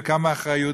וכמה אחריות,